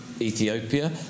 Ethiopia